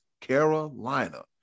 Carolina